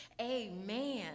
Amen